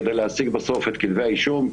כדי להשיג בסוף את כתבי האישום.